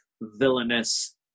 villainous